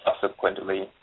subsequently